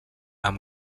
amb